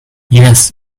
yes